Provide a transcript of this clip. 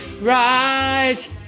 rise